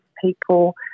people